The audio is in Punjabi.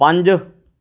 ਪੰਜ